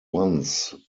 once